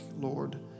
Lord